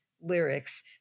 lyrics